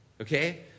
Okay